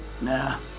Nah